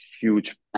huge